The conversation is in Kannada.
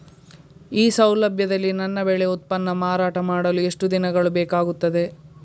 ಈ ಸೌಲಭ್ಯದಲ್ಲಿ ನನ್ನ ಬೆಳೆ ಉತ್ಪನ್ನ ಮಾರಾಟ ಮಾಡಲು ಎಷ್ಟು ದಿನಗಳು ಬೇಕಾಗುತ್ತದೆ?